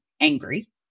angry